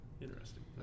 interesting